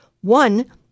One